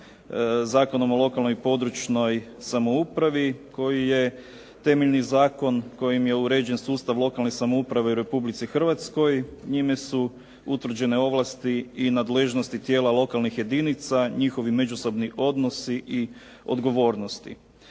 Zakonom o lokalnoj i područnoj samoupravi koji je temeljni zakon kojim je uređen sustav lokalne samouprave u Republici Hrvatskoj. Njime su utvrđene ovlasti i nadležnosti tijela lokalnih jedinica, njihovi međusobni odnosi i odgovornosti.